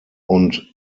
und